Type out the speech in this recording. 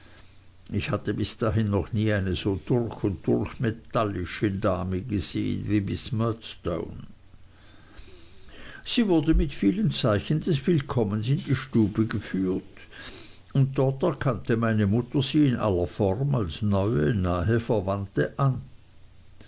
ich hatte bis dahin noch nie eine so durch und durch metallische dame gesehen wie miß murdstone sie wurde mit vielen zeichen des willkommens in die stube geführt und dort erkannte meine mutter sie in aller form als neue nahe verwandte an